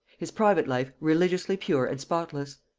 his private life religiously pure and spotless.